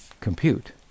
compute